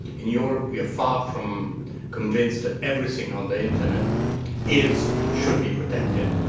in europe, we are far from convinced that everything on the internet is and should be protected.